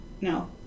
No